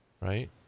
right